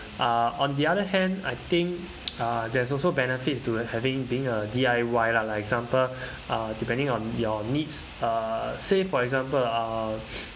uh on the other hand I think uh there's also benefits to having being a D_I_Y lah like example uh depending on your needs uh say for example uh